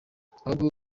ahubwo